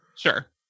Sure